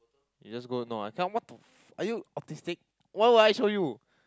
you just go no I can't what the f~ are you autistic why would I show you